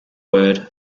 word